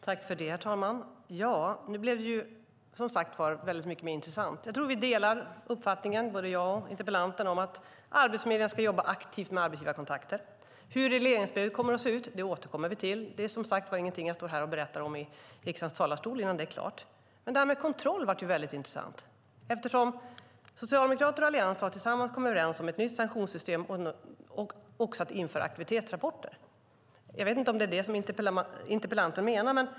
Herr talman! Nu blev det väldigt mycket mer intressant. Jag tror att jag och interpellanten delar uppfattningen Arbetsförmedlingen ska jobba aktivt med arbetsgivarkontakter. Hur regleringsbrevet kommer att se ut återkommer vi till. Det är ingenting jag står här och berättar om i riksdagens talarstol innan det är klart. Det här med kontroll var väldigt intressant. Socialdemokraterna och Alliansen har tillsammans kommit överens om ett nytt sanktionssystem och också att införa aktivitetsrapporter. Jag vet inte om det är vad interpellanten menar.